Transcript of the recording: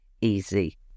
easy